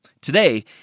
Today